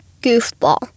goofball